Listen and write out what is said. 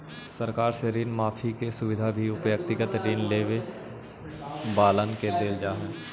सरकार से ऋण माफी के सुविधा भी व्यक्तिगत ऋण लेवे वालन के देल जा हई